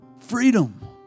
Freedom